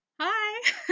Hi